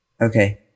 okay